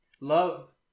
love